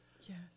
Yes